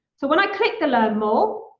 so when i click the learn more,